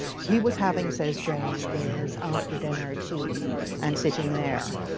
he was having, says jane, his after-dinner tea and sitting there.